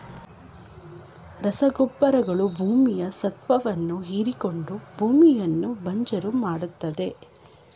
ರಸಗೊಬ್ಬರಗಳು ಭೂಮಿಯ ಸತ್ವವನ್ನು ಹೀರಿಕೊಂಡು ಭೂಮಿಯನ್ನು ಬಂಜರು ಮಾಡತ್ತದೆ